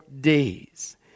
days